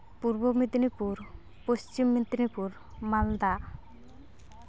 Purba Medinipur Paschim Medinipur Malda